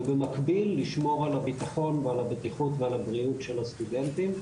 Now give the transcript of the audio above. ובמקביל לשמור על הביטחון ועל הבטיחות ועל הבריאות של הסטודנטים,